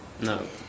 No